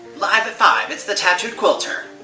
live at five its the tattooed quilter.